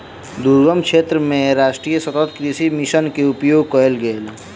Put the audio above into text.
दुर्गम क्षेत्र मे राष्ट्रीय सतत कृषि मिशन के उपयोग कयल गेल